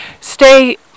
stay